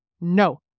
No